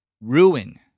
Ruin